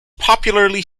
popularly